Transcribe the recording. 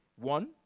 one